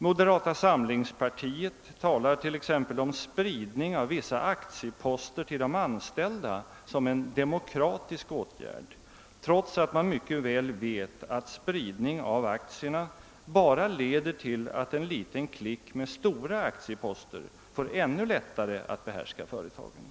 Moderata samlingspartiet talar om spridning av vissa aktieposter till de anställda som en »demokratisk» åtgärd, trots att man mycket väl vet att spridning av aktierna bara leder till att en liten klick med stora aktieposter får ännu lättare att behärska företagen.